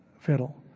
fiddle